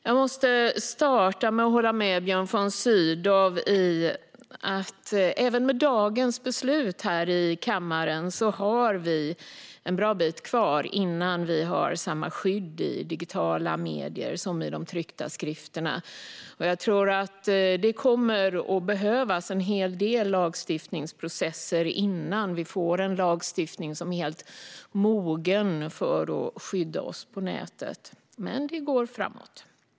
Jag måste inleda med att hålla med Björn von Sydow om att även med dagens beslut har vi en bra bit kvar innan vi har samma skydd i digitala medier som i de tryckta skrifterna. Jag tror att det kommer att behövas en hel del lagstiftningsprocesser innan vi får en lagstiftning som är helt mogen för att skydda oss på nätet, men det går framåt.